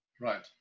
Right